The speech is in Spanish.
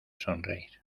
sonreír